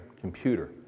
computer